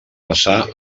passà